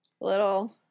little